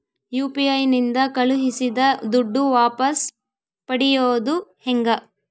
UPI ನಿಂದ ಕಳುಹಿಸಿದ ದುಡ್ಡು ವಾಪಸ್ ಪಡೆಯೋದು ಹೆಂಗ?